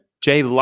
Jay